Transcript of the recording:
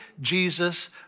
Jesus